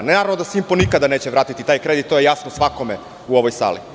Naravno da „Simpo“ nikada neće vratiti taj kredit, to je jasno svakome u ovoj sali.